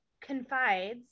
confides